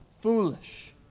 foolish